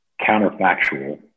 counterfactual